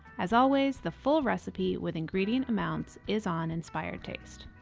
as always, the full recipe with ingredient amounts is on inspired taste.